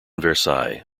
versailles